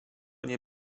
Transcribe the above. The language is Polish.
nie